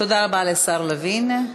תודה רבה לשר לוין.